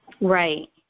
Right